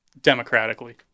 democratically